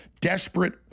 desperate